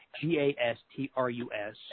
G-A-S-T-R-U-S